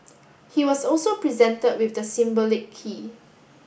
he was also presented with the symbolic key